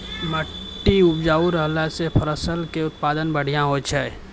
मट्टी उपजाऊ रहला से फसलो के उत्पादन बढ़िया होय छै